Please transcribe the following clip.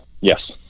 Yes